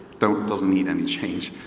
doesn't need any change.